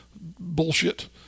bullshit